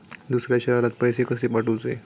दुसऱ्या शहरात पैसे कसे पाठवूचे?